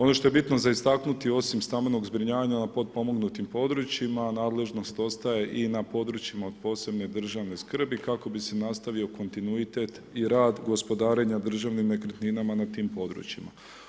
Ono što je bitno za istaknuti, osim stambenog zbrinjavanja na potpomognutim područjima, nadležnost ostaje i na područjima od posebne državne skrbi, kako bi se nastavio kontinuitet i rad gospodarenja državnim nekretninama na tim područjima.